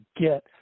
get